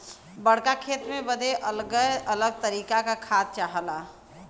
बड़्का खेत बदे अलग अलग तरीके का खाद चाहला